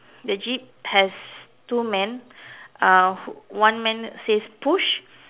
the jeep has two man uh one man says push